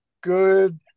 good